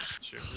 sure